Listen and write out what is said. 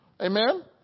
Amen